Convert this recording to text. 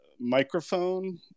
Microphone